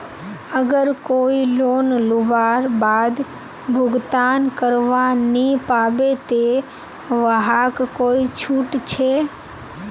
अगर कोई लोन लुबार बाद भुगतान करवा नी पाबे ते वहाक कोई छुट छे?